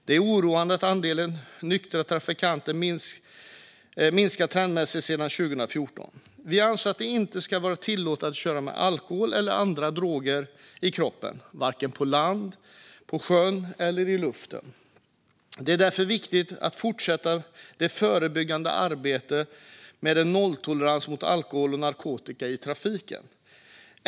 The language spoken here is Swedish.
Det är en oroande trend att andelen nyktra trafikanter minskat sedan 2014. Vi anser att det inte ska vara tillåtet att köra med alkohol eller andra droger i kroppen vare sig på land, på sjön eller i luften. Det är därför viktigt att fortsätta det förebyggande arbetet med nolltolerans mot alkohol och narkotika i trafiken.